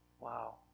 Wow